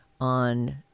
on